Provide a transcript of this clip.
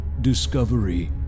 discovery